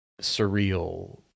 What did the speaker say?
surreal